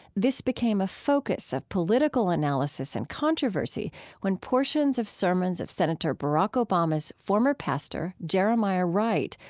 this became a focus of political analysis and controversy when portions of sermons of senator barack obama's former pastor, jeremiah wright,